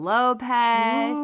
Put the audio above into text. Lopez